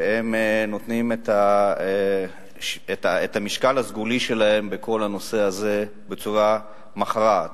והם נותנים את המשקל הסגולי שלהם בכל הנושא הזה בצורה מכרעת,